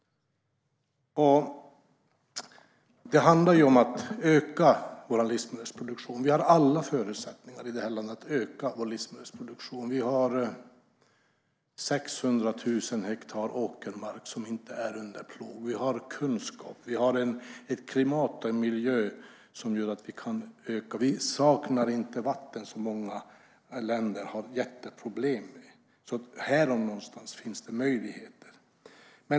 Det handlar om att öka vår livsmedelsproduktion. Vi har alla förutsättningar i det här landet för att öka den. Vi har 600 000 hektar åkermark som inte är under plog. Vi har kunskaper, vi har ett klimat och en miljö som gör att vi kan öka produktionen. Vi saknar inte vatten, som många andra länder har jätteproblem med. Här om någonstans finns det möjligheter.